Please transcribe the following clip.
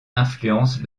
influence